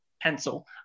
pencil